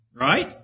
right